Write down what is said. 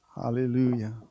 Hallelujah